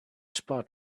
spot